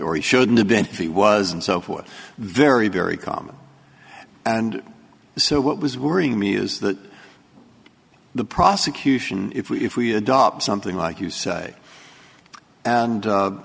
or he shouldn't have been if he was and so forth very very calm and so what was worrying me is that the prosecution if we if we adopt something like you say and